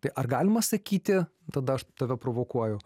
tai ar galima sakyti tada aš tave provokuoju